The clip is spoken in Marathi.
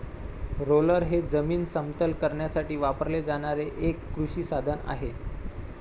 रोलर हे जमीन समतल करण्यासाठी वापरले जाणारे एक कृषी साधन आहे